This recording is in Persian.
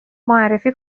معرفی